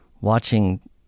watching